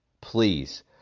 Please